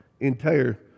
entire